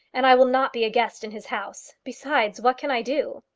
and i will not be a guest in his house. besides, what can i do?